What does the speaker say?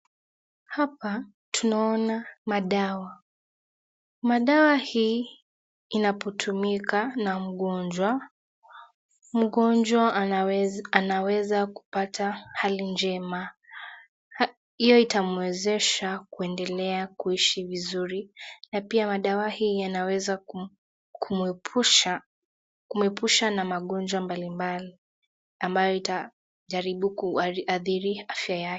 Hapa tunaona madawa. Madawa hii inapotumika na mgonjwa, mgonjwa anaweza anaweza kupata hali njema. Hiyo itamwezesha kuendelea kuishi vizuri. Na pia madawa hii yanaweza kumwepusha kumwepusha na magonjwa mbalimbali ambayo itajaribu kuadhiri afya yake.